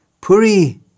puri